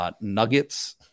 nuggets